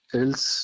else